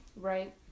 right